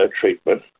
treatment